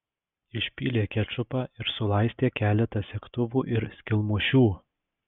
išpylė kečupą ir sulaistė keletą segtuvų ir skylmušių